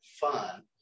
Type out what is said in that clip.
fun